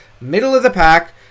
middle-of-the-pack